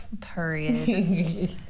Period